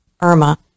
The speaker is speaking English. Irma